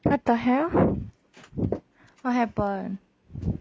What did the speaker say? what the hell what happen